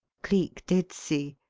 cleek did see.